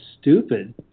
stupid